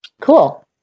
cool